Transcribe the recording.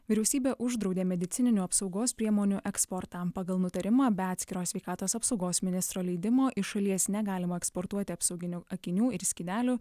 vyriausybė uždraudė medicininių apsaugos priemonių eksportą pagal nutarimą be atskiro sveikatos apsaugos ministro leidimo iš šalies negalima eksportuoti apsauginių akinių ir skydelių